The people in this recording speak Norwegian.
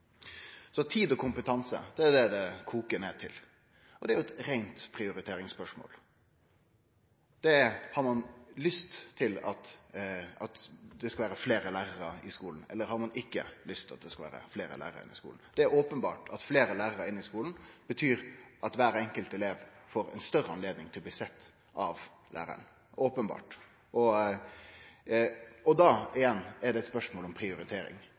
Så tid og kompetanse – det er det det koker ned til. Og det er eit reint prioriteringsspørsmål. Har ein lyst til at det skal vere fleire lærarar i skulen, eller har ein ikkje lyst til at det skal vere fleire lærarar i skulen? Det er openbert at fleire lærarar i skulen betyr at kvar enkelt elev får større anledning til å bli sett av læraren – openbert. Og igjen: Då er det eit spørsmål om prioritering.